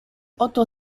oto